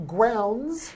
Grounds